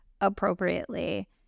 appropriately